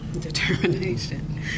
Determination